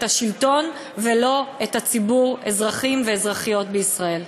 השלטון ולא את ציבור האזרחים והאזרחיות בישראל.